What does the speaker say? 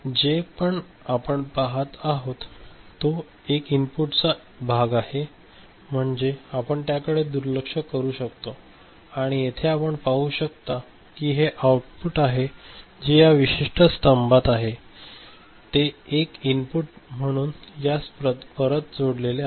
जे पण आपण येथे पाहत आहेत तो एक इनपुटचा एक भाग आहे म्हणजे आपण त्याकडे दुर्लक्ष करू शकतो आणि येथे आपण पाहू शकता की हे आउटपुट आहे जे या विशिष्ट स्तंभात आहे ते एक इनपुट म्हणून यास परत जोडलेले आहे